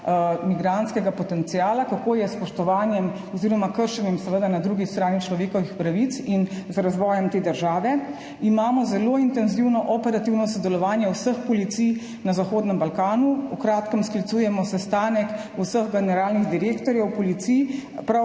migrantskega potenciala, kako je s spoštovanjem oziroma na drugi strani kršenjem človekovih pravic in z razvojem te države. Imamo zelo intenzivno operativno sodelovanje vseh policij na Zahodnem Balkanu. V kratkem sklicujemo sestanek vseh generalnih direktorjev policij prav